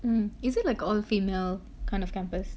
mm is it like all female kind of campus